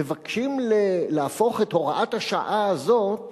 מבקשים להאריך את הוראת השעה הזאת